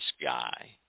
sky